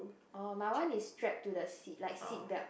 orh my one is strap to the seat like seat belt